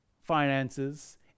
finances